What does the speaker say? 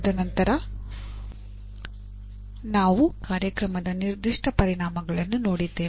ತದನಂತರ ನಾವು ಕಾರ್ಯಕ್ರಮದ ನಿರ್ದಿಷ್ಟ ಪರಿಣಾಮಗಳನ್ನು ನೋಡಿದ್ದೇವೆ